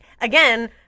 again